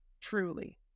Truly